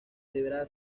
deberá